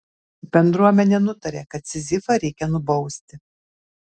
bendruomenė nutarė kad sizifą reikia nubausti